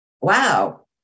wow